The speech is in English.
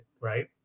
right